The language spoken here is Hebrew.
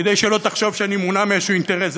כדי שלא תחשוב שאני מונע מאיזשהו אינטרס.